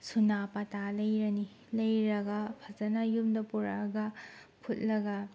ꯁꯨꯅꯥ ꯄꯥꯇ ꯂꯩꯔꯅꯤ ꯂꯩꯔꯒ ꯐꯖꯅ ꯌꯨꯝꯗ ꯄꯨꯔꯛꯑꯒ ꯐꯨꯠꯂꯒ